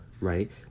right